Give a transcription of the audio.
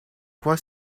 quoi